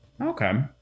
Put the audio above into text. Okay